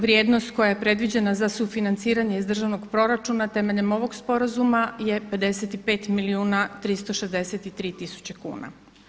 Vrijednost koja je predviđena za sufinanciranje iz državnog proračuna temeljem ovog sporazuma je 55 milijuna 363 tisuće kuna.